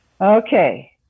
Okay